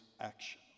action